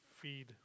feed